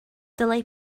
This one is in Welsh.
dylai